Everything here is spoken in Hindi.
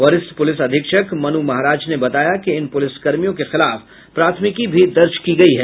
वरिष्ठ पुलिस अधीक्षक मनु महाराज ने बताया कि इन पुलिसकर्मियों के खिलाफ प्राथमिकी भी दर्ज की गयी है